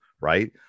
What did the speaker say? right